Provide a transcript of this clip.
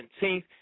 17th